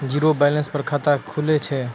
Zero balance पर खाता खुले छै?